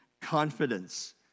confidence